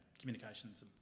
communications